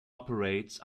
operates